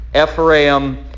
Ephraim